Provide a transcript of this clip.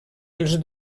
els